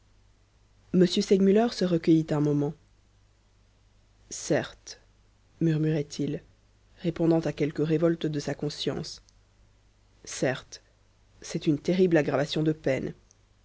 m segmuller se recueillit un moment certes murmurait-il répondant à quelque révolte de sa conscience certes c'est une terrible aggravation de peine